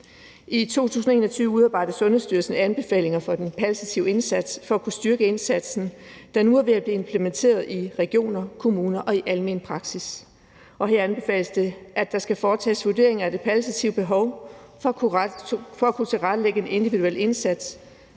I 2021 udarbejdede Sundhedsstyrelsen anbefalinger for den palliative indsats for at kunne styrke indsatsen, der nu er ved at blive implementeret i regioner og kommuner og i almen praksis. Her anbefales det, at der for at kunne tilrettelægge en individuel indsats